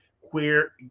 queer